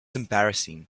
embarrassing